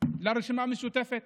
אני מצדיע לרשימה המשותפת,